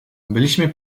byliśmy